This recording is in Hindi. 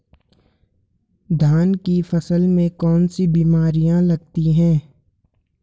धान की फसल में कौन कौन सी बीमारियां लगती हैं?